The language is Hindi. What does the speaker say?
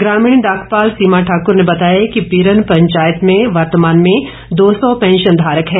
ग्रामीण डाकपाल सीमा ठाकुर ने बताया कि पीरन पंचायत में वर्तमान में दो सौ पैंशन धारक हैं